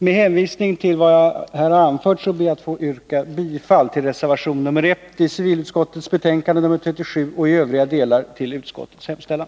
Med hänvisning till vad jag här har anfört ber jag att på denna punkt få yrka bifall till reservationen i civilutskottets betänkande 37 och i övrigt bifall till utskottets hemställan.